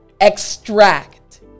extract